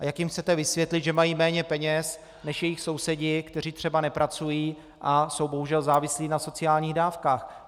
A jak jim chcete vysvětlit, že mají méně peněz než jejich sousedi, kteří třeba nepracují a jsou bohužel závislí na sociálních dávkách.